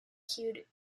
hued